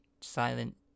silent